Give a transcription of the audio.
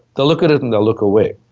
they'll look at it and they'll look away.